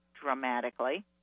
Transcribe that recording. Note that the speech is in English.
dramatically